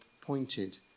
pointed